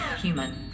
Human